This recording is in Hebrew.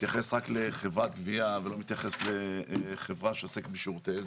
מתייחס רק לחברת גבייה ולא מתייחס לחברה שעוסקת בשירותי עזר.